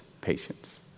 patience